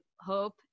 hope